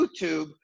YouTube